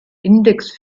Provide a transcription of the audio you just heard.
index